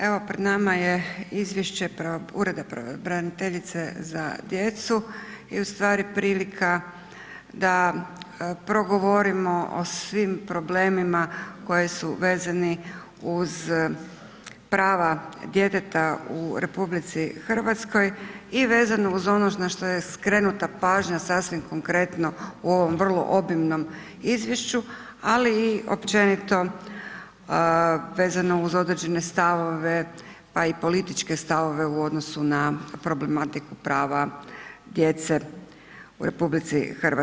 Evo pred nama je Ureda pravobraniteljice za djecu i ustvari prilika da progovorimo o svim problemima koje su vezani uz prava djeteta u RH i vezano uz ono na što je skrenuta pažnja sasvim konkretno u ovom vrlo obimnom izvješću ali i općenito vezano uz određene stavove pa i političke stavove pa i političke stavove u odnosu na problematiku prava djece u RH.